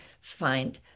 find